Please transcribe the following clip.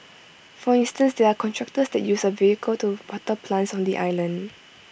for instance there are contractors that use A vehicle to water plants on the island